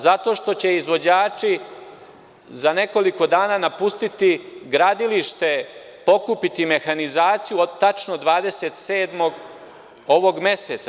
Zato što će izvođači za nekoliko dana napustiti gradilište, pokupiti mehanizaciju, tačno 27. ovog meseca.